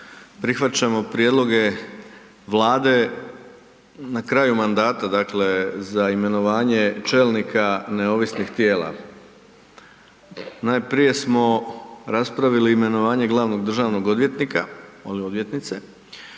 prihvaćamo prijedloge Vlade na kraju mandata, dakle za imenovanje čelnika neovisnih tijela. Najprije smo raspravili imenovanje glavnog državnog odvjetnika ovdje odvjetnice,